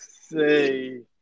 say